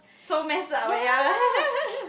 so messed up eh ya